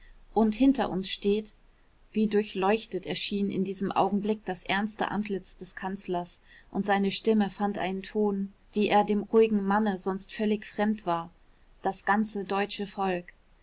und hinter uns steht wie durchleuchtet erschien in diesem augenblick das ernste antlitz des kanzlers und seine stimme fand einen ton wie er dem ruhigen manne sonst völlig fremd war das ganze deutsche volk